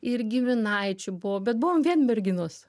ir giminaičių buvo bet buvom vien merginos